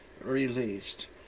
released